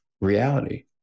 reality